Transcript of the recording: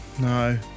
No